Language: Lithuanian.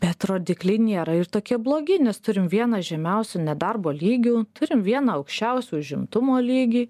bet rodikliai nėra ir tokie blogi nes turim vieną žemiausių nedarbo lygių turim vieną aukščiausių užimtumo lygį